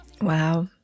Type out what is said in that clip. Wow